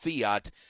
Fiat